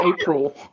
April